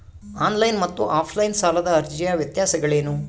On line ಮತ್ತು offline ಸಾಲದ ಅರ್ಜಿಯ ವ್ಯತ್ಯಾಸಗಳೇನು?